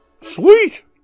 sweet